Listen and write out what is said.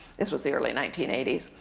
this was the early nineteen eighty s.